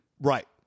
Right